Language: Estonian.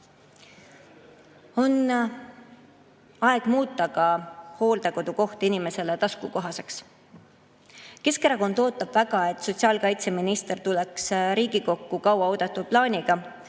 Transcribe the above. On aeg muuta ka hooldekodukoht inimesele taskukohaseks. Keskerakond ootab väga, et sotsiaalkaitseminister tuleks Riigikokku kauaoodatud plaaniga,